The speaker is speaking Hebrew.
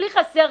אנחנו נרכז,